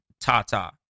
ta-ta